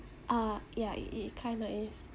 uh yeah it it kind of is